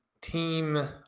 team